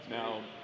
now